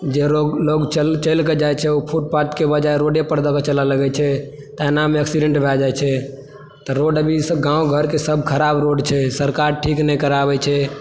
जे लोग चलि कऽ जाइ छै ओ फुटपाथके बजाय रोडे पर दऽ कऽ चलय लागै छै तऽ एनामे ऐक्सिडेंट भी भए जाइ छै तऽ रोड अभी गाँव घरके सब खराब रोड छै सड़क सरकार ठीक नहि कराबै छै